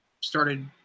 started